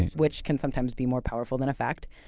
which can sometimes be more powerful than a fact.